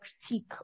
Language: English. critique